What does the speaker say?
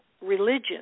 religion